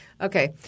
Okay